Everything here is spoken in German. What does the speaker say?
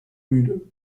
müde